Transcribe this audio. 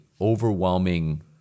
overwhelming